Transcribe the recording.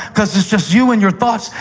because it's just you and your thoughts.